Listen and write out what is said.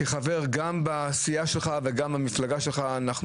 כחבר גם בסיעה שלך וגם במפלגה שלך אנחנו